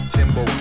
Timbo